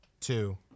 Two